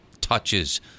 touches